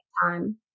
time